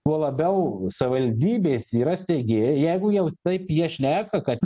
tuo labiau savivaldybės yra steigėja jeigu jau taip jie šneka kad